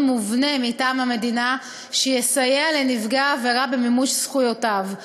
מובנה מטעם המדינה שיסייע לנפגע עבירה במימוש זכויותיו.